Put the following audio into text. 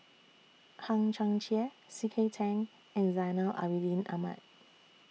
Hang Chang Chieh C K Tang and Zainal Abidin Ahmad